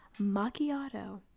macchiato